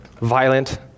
violent